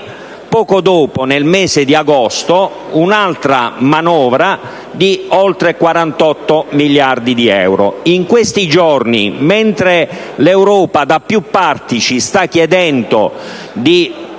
ancora dopo, nel mese di agosto, un'altra manovra di oltre 48 miliardi di euro. In questi giorni, mentre l'Europa da più parti ci sta chiedendo di